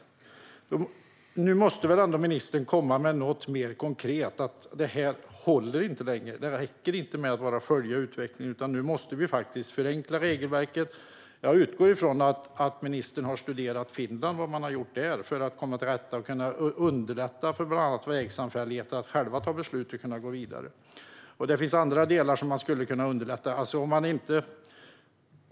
Nu måste väl ändå ministern komma med något mer konkret. Det här håller inte längre. Det räcker inte med att bara följa utvecklingen, utan nu måste regelverket förenklas. Jag utgår från att ministern har studerat hur man har gjort i Finland för att underlätta för bland annat vägsamfälligheter att själva ta beslut för att kunna gå vidare.